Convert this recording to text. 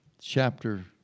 chapter